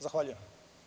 Zahvaljujem.